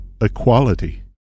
equality